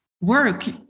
work